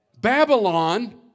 Babylon